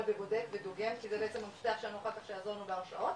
ובודק ודוגם שזה בעצם המפתח אחר שיעזור לנו אחר כך בהרשעות